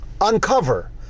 uncover